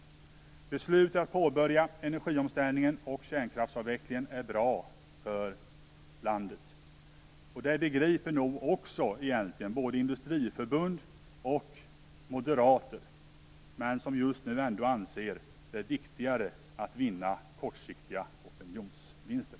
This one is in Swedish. Beslutet att påbörja energiomställningen och kärnkraftsavvecklingen är bra för landet. Det begriper nog egentligen också både industriförbund och moderater, fast de just nu ändå anser det viktigare att göra kortsiktiga opinionsvinster.